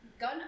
gun